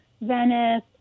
Venice